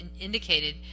indicated